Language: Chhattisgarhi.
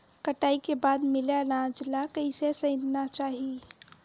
कटाई के बाद मिले अनाज ला कइसे संइतना चाही?